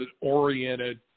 oriented